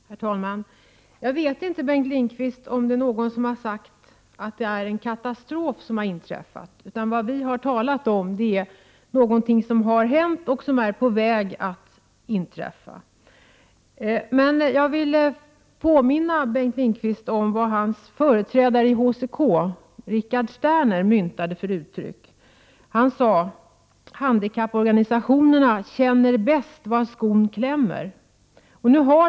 Herr talman! Jag kan inte erinra mig, Bengt Lindqvist, att någon har sagt att en katastrof har inträffat. Vi har bara talat om någonting som har hänt och om någonting som är på väg att inträffa. Jag vill påminna Bengt Lindqvist om ett uttryck som hans företrädare i HCK, Rickard Sterner, har myntat: Handikapporganisationerna känner bäst var skon klämmer.